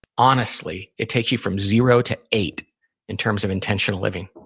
honestly, it takes you from zero to eight in terms of intentional living.